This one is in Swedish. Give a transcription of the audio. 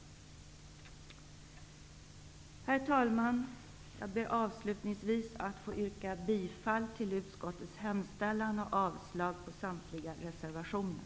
Herr talman! Jag ber avslutningsvis att få yrka bifall till utskottets hemställan och avslag på samtliga reservationer.